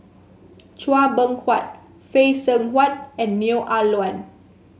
Chua Beng Huat Phay Seng Whatt and Neo Ah Luan